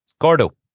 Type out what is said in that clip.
Gordo